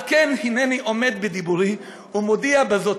על כן הנני עומד בדיבורי ומודיע בזאת,